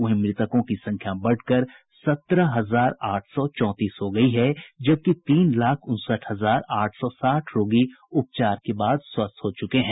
वहीं मृतकों की संख्या बढ़कर सत्रह हजार आठ सौ चौंतीस हो गयी है जबकि तीन लाख उनसठ हजार आठ सौ साठ रोगी उपचार के बाद स्वस्थ हो गए हैं